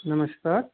नमस्कार